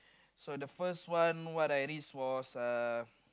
so in the first one what I risk was uh